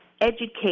educate